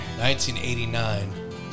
1989